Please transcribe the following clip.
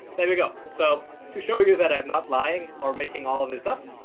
there we go. so to show you that i'm not lying or making all of this up,